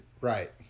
Right